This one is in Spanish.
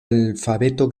alfabeto